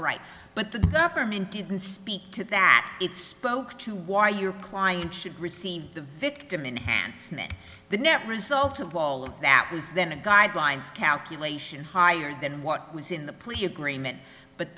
right but the government didn't speak to that it spoke to why your client should receive the victim enhanced the net result of all of that was then the guidelines calculation higher than what was in the plea agreement but